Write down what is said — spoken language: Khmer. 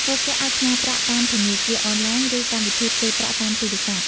ពួកគេអាចផ្ញើប្រាក់តាមធនាគារអនឡាញ ឬកម្មវិធីផ្ទេរប្រាក់តាមទូរស័ព្ទ។